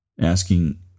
asking